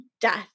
death